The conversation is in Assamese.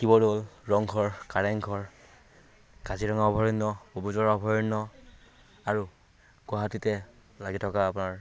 শিৱ দ'ল ৰং ঘৰ কাৰেঙ ঘৰ কাজিৰঙা অভয়াৰণ্য পবিতৰা অভয়াৰণ্য আৰু গুৱাহাটীতে লাগি থকা আপোনাৰ